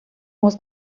was